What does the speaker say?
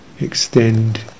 extend